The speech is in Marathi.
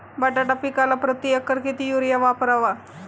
बटाटा पिकाला प्रती एकर किती युरिया वापरावा?